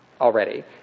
already